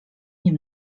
nie